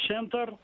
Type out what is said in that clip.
center